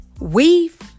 weave